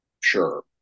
Sure